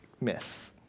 myth